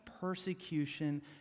persecution